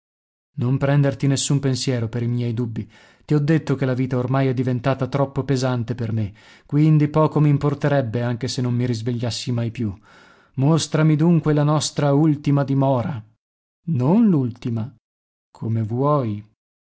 non prenderti nessun pensiero per i miei dubbi ti ho detto che la vita ormai è diventata troppo pesante per me quindi poco m'importerebbe anche se non mi risvegliassi mai più mostrami dunque la nostra ultima dimora non l'ultima come vuoi